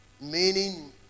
Meaning